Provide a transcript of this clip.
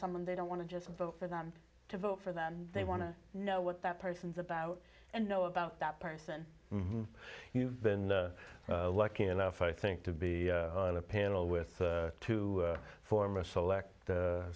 someone they don't want to just vote for them to vote for them they want to know what that person's about and know about that person you've been lucky enough i think to be on a panel with to form a select